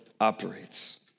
operates